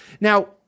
Now